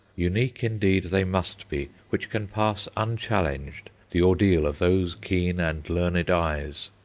unique indeed they must be which can pass unchallenged the ordeal of those keen and learned eyes.